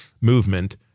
movement